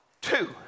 two